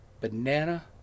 banana